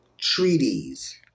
treaties